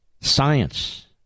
Science